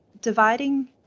dividing